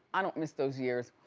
i don't miss those years,